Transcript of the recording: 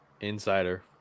insider